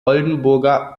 oldenburger